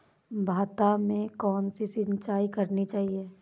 भाता में कौन सी सिंचाई करनी चाहिये?